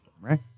right